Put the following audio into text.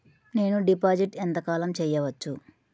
నేను డిపాజిట్ ఎంత కాలం చెయ్యవచ్చు?